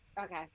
Okay